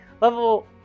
Level